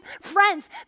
friends